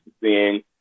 seeing